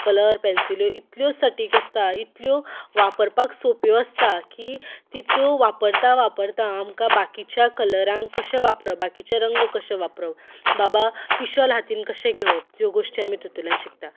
colour पेन्सिल्यो इतल्यो सटीक आसता इतल्यो वापरपाक सोंप्यो आसता की त्यो वापरता वापरता आमकां बाकीच्या कलरांक कशें वापरप बाकीचे रंग कशे वापरप बाबा पिशोल हातीन कशें घेवप ह्यो गोश्टी तितूंतल्यान शिकता